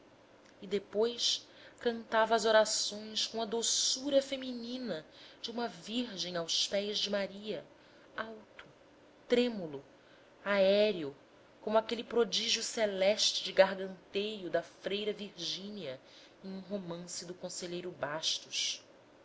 e depois cantava as orações com a doçura feminina de uma virgem aos pés de maria alto trêmulo aéreo como aquele prodígio celeste de garganteio da freira virgínia em um romance do conselheiro bastos